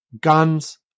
guns